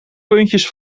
puntjes